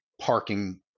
parking